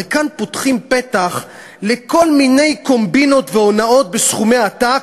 הרי כאן פותחים פתח לכל מיני קומבינות והונאות בסכומי עתק,